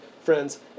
friends